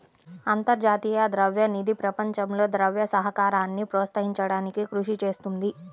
అంతర్జాతీయ ద్రవ్య నిధి ప్రపంచంలో ద్రవ్య సహకారాన్ని ప్రోత్సహించడానికి కృషి చేస్తుంది